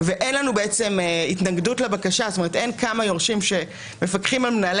ואין לנו התנגדות לבקשה כלומר אין כמה יורשים שמפקחים על מנהל